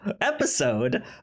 episode